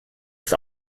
ist